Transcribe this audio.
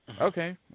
okay